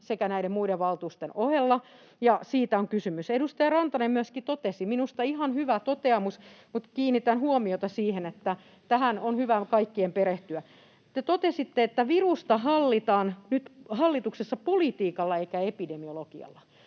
sekä näiden muiden valtuuksien ohella. Siitä on kysymys. Edustaja Rantanen, te myöskin totesitte — minusta ihan hyvä toteamus, mutta kiinnitän huomiota siihen, että tähän on hyvä kaikkien perehtyä — että virusta hallitaan nyt hallituksessa politiikalla eikä epidemiologialla.